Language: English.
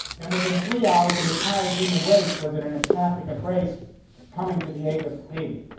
and within three hours, the entire human race was in an empathic embrace coming to the aid of haiti.